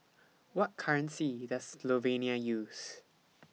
What currency Does Slovenia use